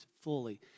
fully